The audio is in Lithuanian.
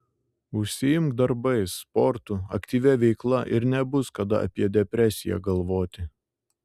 užsiimk darbais sportu aktyvia veikla ir nebus kada apie depresiją galvoti